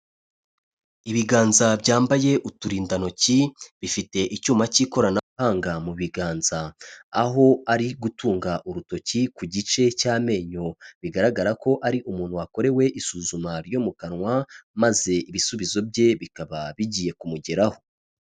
Ibiganza byambaye uturindantoki, bifite icyuma cy'ikoranabuhanga mu biganza, aho ari gutunga urutoki ku gice cy'amenyo, bigaragarako ari umuntu wakorewe isuzuma ryo mu kanwa maze ibisubizo bye bikaba bigiye kumugeraho.